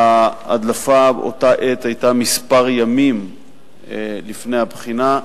ההדלפה באותה העת היתה כמה ימים לפני הבחינה.